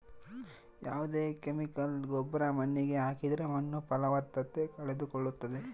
ಯಾವ್ದೇ ಕೆಮಿಕಲ್ ಗೊಬ್ರ ಮಣ್ಣಿಗೆ ಹಾಕಿದ್ರೆ ಮಣ್ಣು ಫಲವತ್ತತೆ ಕಳೆದುಕೊಳ್ಳುತ್ತದೆ